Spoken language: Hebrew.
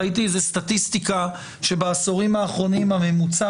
ראיתי איזה סטטיסטיקה שבעשורים האחרונים הממוצע